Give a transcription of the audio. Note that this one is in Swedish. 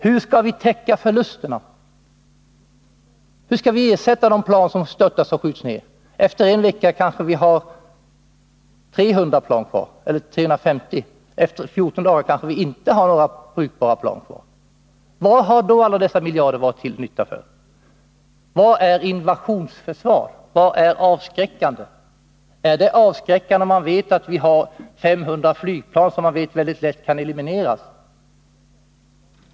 Hur skall vi täcka förlusterna? Hur skall vi ersätta de plan som skjuts ned? Efter en vecka har vi 115 kanske 300 eller 350 plan kvar. Efter 14 dagar har vi kanske inte längre några flygklara plan kvar. Till vilken nytta har då alla de miljarder som lagts ned på planen varit? Vad är invasionsförsvar, vad är avskräckande? Är det avskräckande att vi har 500 flygplan som man vet väldigt lätt kan elimineras?